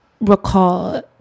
recall